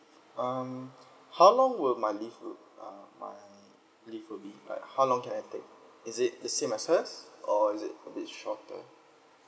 um how long would my leave would uh my leave would be like how long can I take is it the same as hers or is it a bit shorter